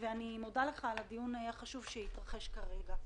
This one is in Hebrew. אני מודה לך על הדיון החשוב שהתרחש כרגע.